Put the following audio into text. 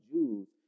Jews